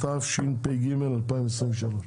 התשפ"ג-2023.